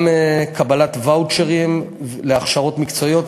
גם קבלת ואוצ'רים להכשרות מקצועיות,